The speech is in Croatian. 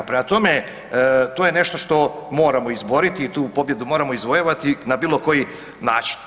Prema tome, to je nešto što moramo izboriti i tu pobjedu moramo izvojevati na bilo koji način.